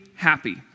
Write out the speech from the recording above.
happy